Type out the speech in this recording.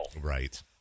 right